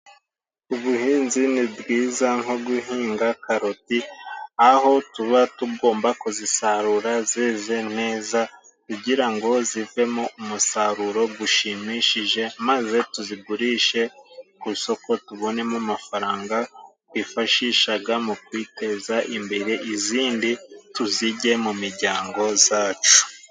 Ubuhinzi ni bwiza nko guhinga karoti aho tuba tugomba kuzisarura zeze neza kugira ngo zivemo umusaruro gushimishije, maze tuzigurishe ku isoko tubonemo amafaranga twifashishaga mu kwiteza imbere, izindi tuzijye mu mijyango zacu.